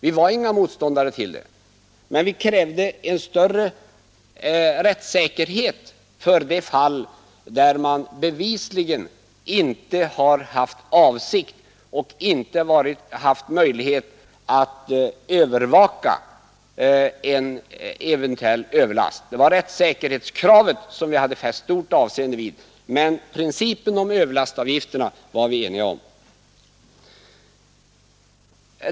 Vi var inte motståndare till detta, men vi krävde en större rättssäkerhet i de fall där man bevisligen inte haft för avsikt att överträda bestämmelserna och inte haft möjlighet att övervaka en eventuell överlast. Vi fäste stort avseende vid rättssäkerhetskravet, men beträffande principen om överlastavgifterna fanns ingen oenighet.